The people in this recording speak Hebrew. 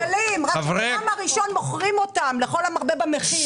מהיום הראשון מוכרים אותם לכל המרבה במחיר.